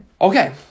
okay